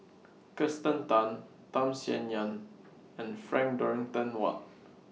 Kirsten Tan Tham Sien Yen and Frank Dorrington Ward